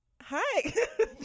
hi